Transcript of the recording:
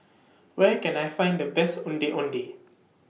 Where Can I Find The Best Ondeh Ondeh